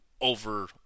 over